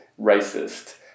racist